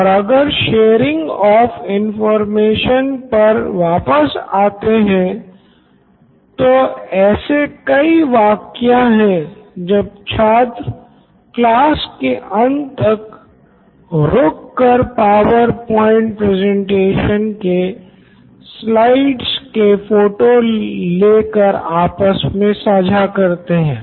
और अगर sharing of information पर वापस आते हैं तो ऐसे कई वाक़या हैं जब छात्र क्लास के अंत तक रुक कर पावर पॉइंट प्रेजेंटेशन के स्लाइड के फोटो ले कर आपस मे साझा करते हैं